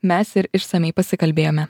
mes ir išsamiai pasikalbėjome